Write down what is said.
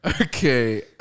Okay